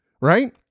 right